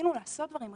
רצינו לעשות דברים,